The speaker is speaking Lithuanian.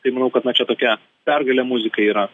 tai manau kad na čia tokia pergalė muzikai yra